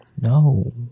No